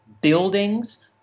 buildings